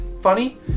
funny